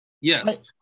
Yes